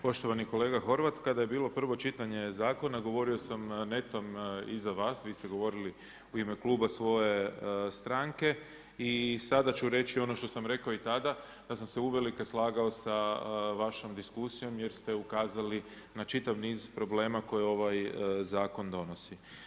Poštovani kolega Horvat, kada je bilo prvo čitanje zakona, govorio sam netom iza vas, vi ste govorili u ime kluba svoje stranke i sada ću reći ono što sam rekao i tada da sam se uvelike slagao sa vašom diskusijom jer ste ukazali na čitav niz problema koji ovaj zakon donosi.